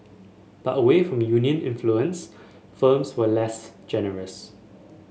but away from union influence firms were less generous